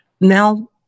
now